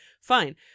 Fine